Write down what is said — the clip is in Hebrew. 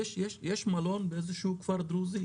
יש מלון באיזשהו כפר דרוזי?